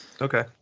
okay